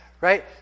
right